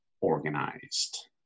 organized